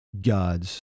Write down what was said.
God's